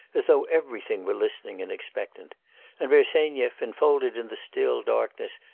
as though everything were listening and expectant and bersenyev, enfolded in the still darkness,